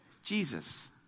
Jesus